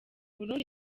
burundi